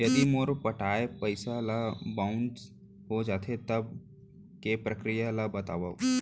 यदि मोर पटाय पइसा ह बाउंस हो जाथे, तब के प्रक्रिया ला बतावव